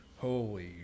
Holy